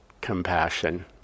compassion